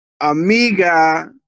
amiga